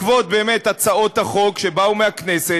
בעקבות הצעות החוק שבאו מהכנסת,